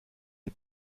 les